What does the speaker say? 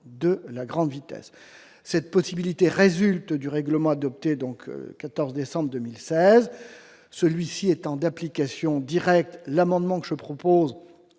de la grande vitesse. Cette possibilité résulte du règlement adopté le 14 décembre 2016. Celui-ci étant d'application directe, l'amendement n° 44